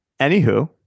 anywho